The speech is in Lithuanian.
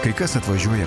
kai kas atvažiuoja